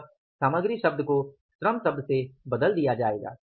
बस सामग्री शब्द को श्रम शब्द से बदल दिया जाएगा